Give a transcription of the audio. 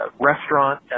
restaurant